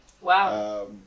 Wow